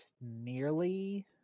nearly